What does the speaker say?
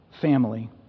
Family